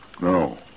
No